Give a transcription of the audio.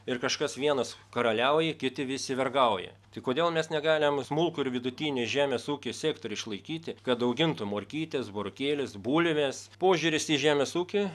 ir kažkas vienas karaliauja kiti visi vergauja tai kodėl mes negalim smulkų ir vidutinį žemės ūkio sektorių išlaikyti kad augintų morkytes burokėlius bulves požiūris į žemės ūkį